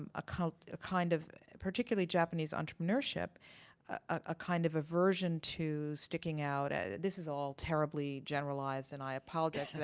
um ah kind of particularly, japanese entrepreneurship a kind of aversion to sticking out. and this is all terribly generalized. and i apologize for that.